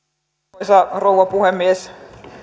arvoisa rouva puhemies